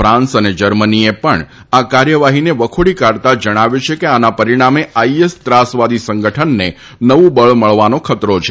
France અને જર્મનીએ પણ આ કાર્યવાહીને વખોડી કાઢતાં જણાવ્યું છે કે આના પરીણામે આઇએસ ત્રાસવાદી સંગઠનને નવુ બળ મળવાનો ખતરો છે